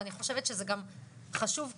ואני חושבת שזה גם חשוב קדימה.